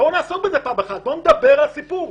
בואו נעסוק בזה פעם אחת, בואו נדבר על הסיפור.